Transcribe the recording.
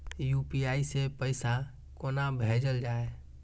UPI सै पैसा कोना भैजल जाय?